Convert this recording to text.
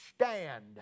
stand